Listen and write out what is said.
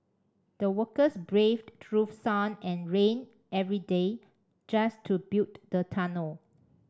the workers braved through sun and rain every day just to build the tunnel